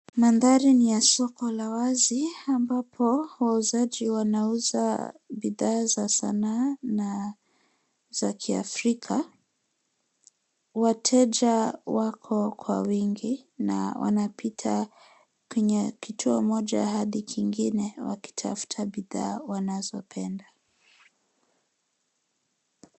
Mandhari ni ya soko la wazi ambapo wauzaji wanauza bidhaa za sanaa na za kiafrika. Wateja wako kwa wingi na wanapita kwenye kituo moja hadi kingine wakitafuta bidhaa wanazopenda.